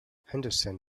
henderson